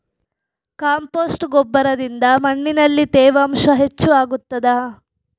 Compost ಗೊಬ್ಬರದಿಂದ ಮಣ್ಣಿನಲ್ಲಿ ತೇವಾಂಶ ಹೆಚ್ಚು ಆಗುತ್ತದಾ?